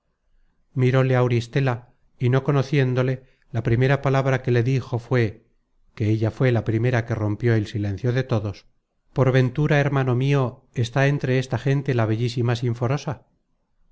miróle auristela y no conociéndole la primera palabra que le dijo fué que ella fué la primera que rompió el silencio de todos por ventura hermano mio está entre esta gente la bellísima sinforosa